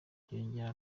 yongeraho